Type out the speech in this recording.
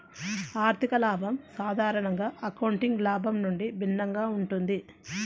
ఆర్థిక లాభం సాధారణంగా అకౌంటింగ్ లాభం నుండి భిన్నంగా ఉంటుంది